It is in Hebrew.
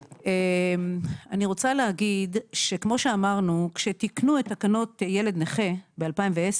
אני רוצה להגיד שכמו שאמרנו כשתיקנו את תקנות ילד נכה ב-2010,